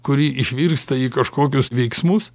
kuri išvirsta į kažkokius veiksmus